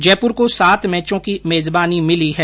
जयपुर को सात मैचों की मेजबानी मिली है